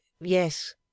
Yes